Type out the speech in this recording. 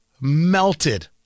melted